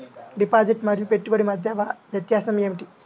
Deposit మరియు పెట్టుబడి మధ్య వ్యత్యాసం ఏమిటీ?